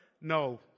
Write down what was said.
No